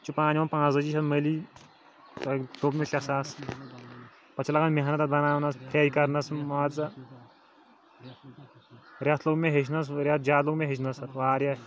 یِم چھ پانہٕ یِوان پانٛژتٲجی شیٚتھ مٔلی تۄہہِ دوٚپ مےٚ شےٚ ساس اَتھ چھ لگان محنت اَتھ بناونَس ہے کرناوسا مانٛژٕ رٮ۪تھ لوٚگ مےٚ ہیٚچھنَس رٮ۪تھ زیادٕ لوٚگ مےٚ ہیٚچھنَس واریاہ